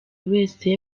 wese